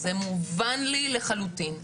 זה מובן לי לחלוטין.